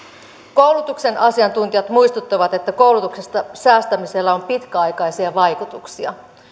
koulutuksen asiantuntijat muistuttavat että koulutuksesta säästämisellä on pitkäaikaisia vaikutuksia